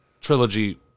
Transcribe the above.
trilogy